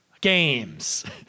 Games